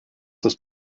ist